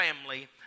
family